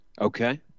Okay